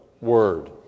word